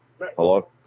Hello